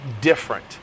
different